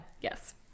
Yes